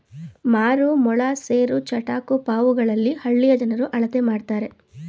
ಮಾರು, ಮೊಳ, ಸೇರು, ಚಟಾಕು ಪಾವುಗಳಲ್ಲಿ ಹಳ್ಳಿಯ ಜನರು ಅಳತೆ ಮಾಡ್ತರೆ